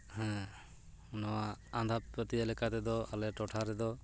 ᱦᱮᱸ ᱱᱚᱣᱟ ᱟᱸᱫᱷᱟᱯᱟᱹᱛᱭᱟᱹᱣ ᱞᱮᱠᱟ ᱛᱮᱫᱚ ᱟᱞᱮ ᱴᱚᱴᱷᱟ ᱨᱮᱫᱚ